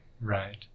right